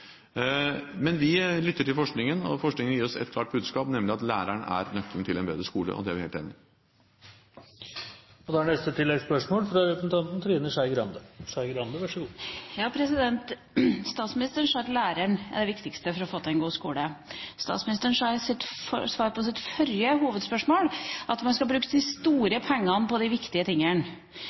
Men vi lytter til forskningen, og forskningen gir oss et klart budskap, nemlig at læreren er nøkkelen til en bedre skole, og det er vi helt enig i. Trine Skei Grande – til oppfølgingsspørsmål. Statsministeren sa at læreren er det viktigste for å få til en god skole. Statsministeren svarte på det forrige hovedspørsmålet at man skal bruke de store pengene på de viktige tingene.